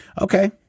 Okay